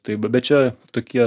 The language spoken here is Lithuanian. taip bet čia tokie